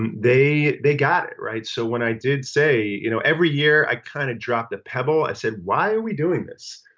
and they they got it right. so when i did say you know every year i kind of dropped a pebble. i said why are we doing this.